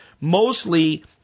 mostly